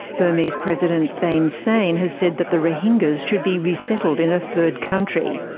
burmese president thein sein has said that the rohingyas should be resettled in a third country.